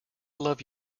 love